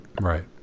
Right